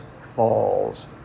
falls